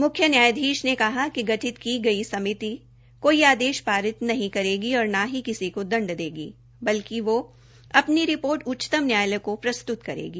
मुख्य न्यायाधीश ने कहा कि गठित की गई समिति कोई आदेश पारित नहीं करेगी और न ही किसी को दंड देगी बल्कि वह अपनी रिपोर्ट उच्चतम न्यायालय को प्रस्त्त करेगी